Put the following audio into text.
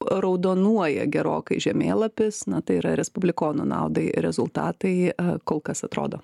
raudonuoja gerokai žemėlapis na tai yra respublikonų naudai rezultatai kol kas atrodo